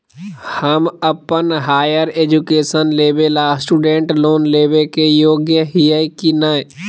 हम अप्पन higher education लेबे ला स्टूडेंट लोन लेबे के योग्य हियै की नय?